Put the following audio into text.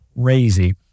crazy